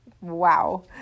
Wow